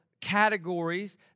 categories